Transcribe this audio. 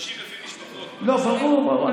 משתמשים לפי משפחות, לא, ברור, ברור.